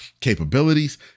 capabilities